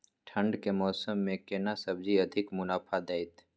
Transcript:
ठंढ के समय मे केना सब्जी अधिक मुनाफा दैत?